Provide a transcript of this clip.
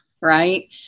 right